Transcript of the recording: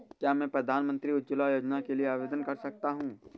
क्या मैं प्रधानमंत्री उज्ज्वला योजना के लिए आवेदन कर सकता हूँ?